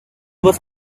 was